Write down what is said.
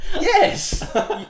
Yes